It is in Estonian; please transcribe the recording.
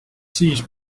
siin